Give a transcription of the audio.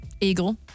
Eagle